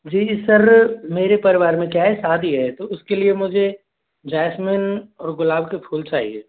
जी sir मेरे परिवार में क्या है शादी है तो उसके लिए मुझे जैस्मिन और गुलाब के फूल चाहिए